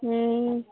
हूँ